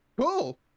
cool